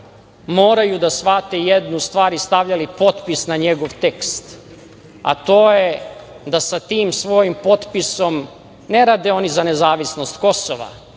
moraju da shvate jednu stvar, i stavljali potpis na njegov tekst, a to je da sa tim svojim potpisom, ne rade oni za nezavisnost Kosova,